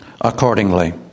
accordingly